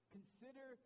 Consider